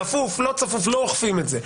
צפוף, לא צפוף, לא אוכפים את זה.